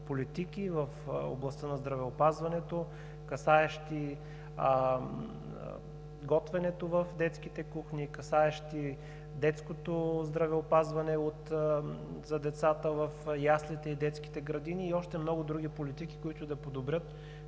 в областта на здравеопазването, касаещи готвенето в детските кухни, касаещи детското здравеопазване за децата в яслите и детските градини и още много други политики, които да подобрят